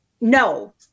no